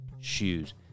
shoes